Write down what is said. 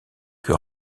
que